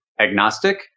agnostic